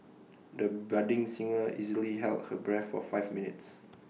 the budding singer easily held her breath for five minutes